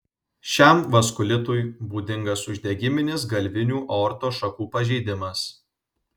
šiam vaskulitui būdingas uždegiminis galvinių aortos šakų pažeidimas